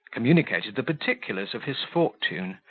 communicated the particulars of his fortune,